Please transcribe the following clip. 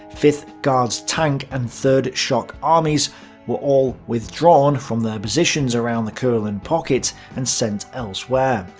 fifth guards tank, and third shock armies were all withdrawn from their positions around the courland pocket and sent elsewhere.